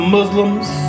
Muslims